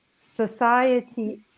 society